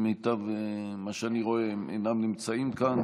לפי מה שאני רואה, הם אינם נמצאים כאן: